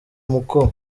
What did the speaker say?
muko